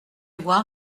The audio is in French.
voir